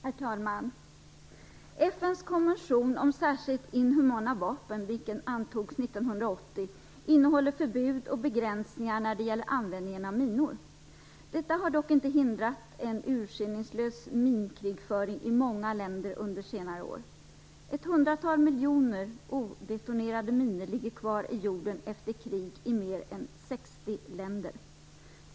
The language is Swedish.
Herr talman! FN:s konvention om särskilt inhumana vapen, vilken antogs 1980, innehåller förbud och begränsningar när det gäller användningen av minor. Detta har dock inte hindrat en urskillningslös minkrigföring i många länder under senare år. Ett hundratal miljoner odetonerade minor ligger kvar i jorden efter krig i mer än 60 länder.